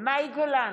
מאי גולן,